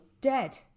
dead